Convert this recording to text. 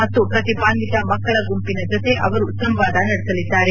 ಮತ್ತು ಪ್ರತಿಭಾನ್ವಿತ ಮಕ್ಕ ಳ ಗುಂಪಿನ ಜೊತೆ ಅವರು ಸಂವಾದ ನಡೆಸಲಿದ್ದಾರೆ